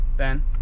Ben